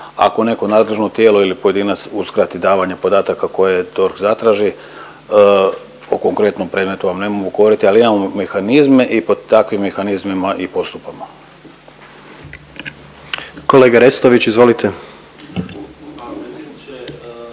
Ako neko nadležno tijelo ili pojedinac uskrati davanje podataka koje DORH zatraži, o konkretnom predmetu vam ne mogu govoriti ali imamo mehanizme i pod takvim mehanizmima i postupamo. **Jandroković, Gordan